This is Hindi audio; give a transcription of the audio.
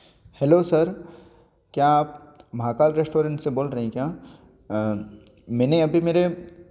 हैलो सर क्या आप महाकाल रेस्टोरेंट से बोल रहे हैं क्या मैंने अभी मेरे